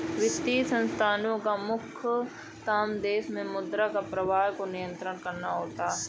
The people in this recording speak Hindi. वित्तीय संस्थानोँ का मुख्य काम देश मे मुद्रा के प्रवाह को नियंत्रित करना होता है